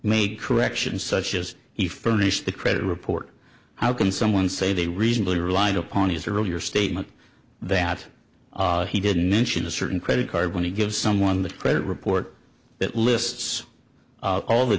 made corrections such as he furnished the credit report how can someone say they reasonably relied upon as the earlier statement that he didn't mention a certain credit card when you give someone the credit report that lists all the